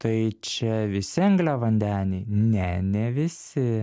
tai čia visi angliavandeniai ne ne visi